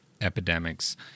epidemics